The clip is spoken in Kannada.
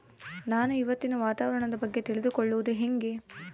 ನಾನು ಇವತ್ತಿನ ವಾತಾವರಣದ ಬಗ್ಗೆ ತಿಳಿದುಕೊಳ್ಳೋದು ಹೆಂಗೆ?